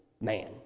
man